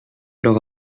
leur